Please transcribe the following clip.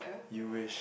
you wished